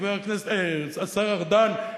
השר ארדן,